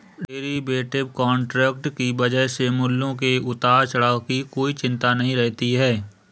derivative contract की वजह से मूल्यों के उतार चढ़ाव की कोई चिंता नहीं रहती है